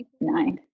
nine